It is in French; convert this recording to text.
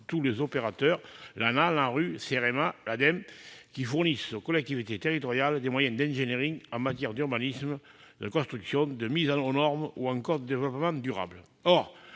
tous les opérateurs- ANAH, ANRU, CEREMA, ADEME -qui fournissent aux collectivités territoriales des moyens d'ingénierie en matière d'urbanisme, de construction, de mise aux normes ou encore de développement durable.